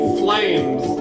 flames